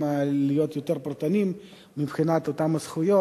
להיות יותר פרטניים מבחינת אותן הזכויות,